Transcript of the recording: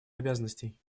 обязанностей